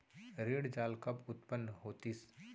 ऋण जाल कब उत्पन्न होतिस?